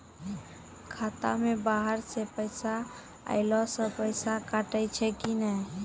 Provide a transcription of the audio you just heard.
खाता मे बाहर से पैसा ऐलो से पैसा कटै छै कि नै?